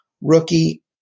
Rookie